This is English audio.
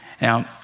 Now